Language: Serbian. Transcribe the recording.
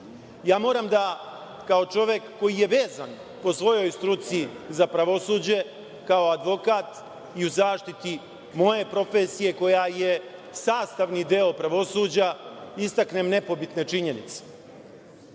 Moram da kao čovek koji je vezan po svojoj struci za pravosuđe, kao advokat i u zaštiti moje profesije koja je sastavni deo pravosuđa, istaknem nepobitne